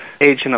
agent